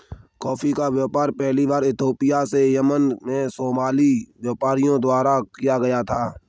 coffee का व्यापार पहली बार इथोपिया से यमन में सोमाली व्यापारियों द्वारा किया गया